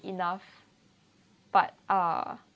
enough but uh